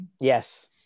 Yes